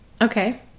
Okay